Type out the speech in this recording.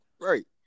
Right